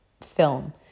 film